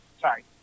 Sorry